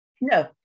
No